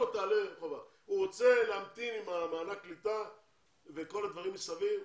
הוא רוצה להמתין עם מענק הקליטה וכל הדברים מסביב,